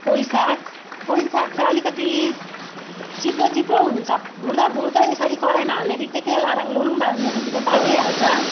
पोई साग पोई साग चाहिँ अलिकति चिप्लो चिप्लो हुन्छ भुट्दा भुट्दै यसरी कराइमा हाल्ने बित्तिकै लराङलुरुङ अब हाल्ने बित्तिकै पाकिहाल्छ